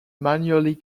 manually